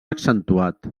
accentuat